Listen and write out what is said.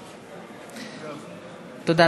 תודה.